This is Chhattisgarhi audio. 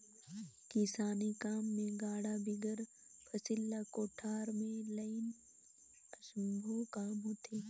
किसानी काम मे गाड़ा बिगर फसिल ल कोठार मे लनई असम्भो काम होथे